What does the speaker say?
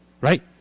right